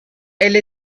elle